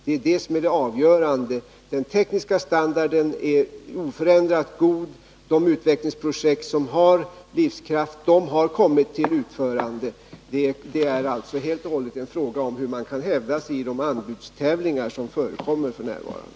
Det är det avgörande. Den tekniska standarden är oförändrat god. De utvecklingsprojekt som har livskraft har kommit till utförande. Det är helt och hållet en fråga om hur man kan hävda sig i de anbudstävlingar som förekommer f.n.